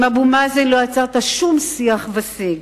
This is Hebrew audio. עם אבו מאזן לא יצרת שום שיח ושיג.